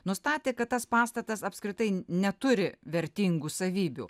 nustatė kad tas pastatas apskritai neturi vertingų savybių